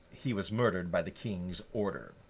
he was murdered by the king's order.